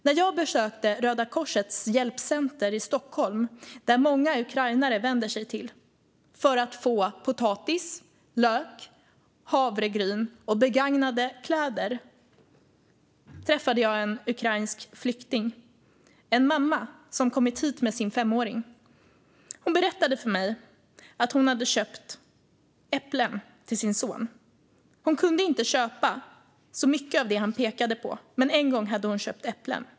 När jag besökte Röda korsets hjälpcenter i Stockholm, dit många ukrainare vänder sig för att få potatis, lök, havregryn och begagnade kläder träffade jag en ukrainsk flykting, en mamma som kommit hit med sin femåring. Hon berättade för mig att hon hade köpt äpplen till sin son. Hon kunde inte köpa så mycket av det han pekade på, men en gång hade hon köpt äpplen.